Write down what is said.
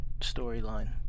storyline